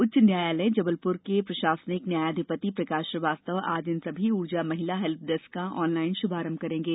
उच्च न्यायालय जबलपुर के प्रशासनिक न्यायाधिपति प्रकाश श्रीवास्तव आज इन सभी ऊर्जा महिला हेल्प डेस्क का ऑनलाइन शुभारंभ करेंगे